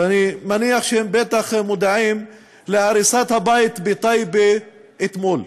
ואני מניח שהם מודעים להריסת הבית בטייבה אתמול.